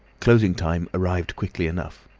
closing time arrived quickly enough.